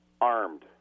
armed